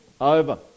over